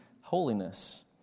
holiness